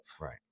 Right